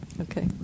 Okay